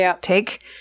take